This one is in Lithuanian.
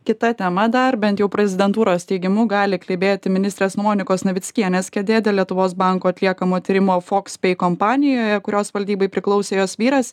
kita tema dar bent jau prezidentūros teigimu gali klibėti ministrės monikos navickienės kėdė dėl lietuvos banko atliekamo tyrimo fox pei kompanijoje kurios valdybai priklausė jos vyras